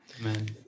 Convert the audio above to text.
Amen